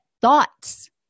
thoughts